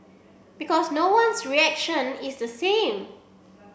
because no one's reaction is the same